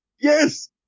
Yes